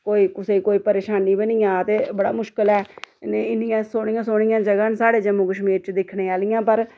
कोई कुसै गी कोई परेशानी बनी जा ते बड़ा मुश्कल ऐ इन्नियां सोह्निया सोह्निया जगह् न साढ़े जम्मू कश्मीर च दिक्खने आह्लियां पर